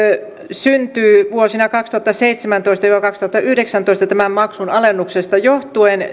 syntyy vuosina kaksituhattaseitsemäntoista viiva kaksituhattayhdeksäntoista tämän maksun alennuksesta johtuen